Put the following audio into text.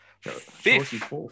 Fifth